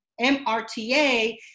MRTA